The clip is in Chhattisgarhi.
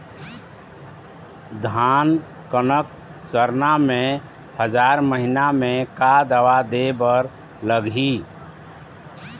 धान कनक सरना मे हजार महीना मे का दवा दे बर लगही?